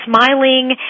smiling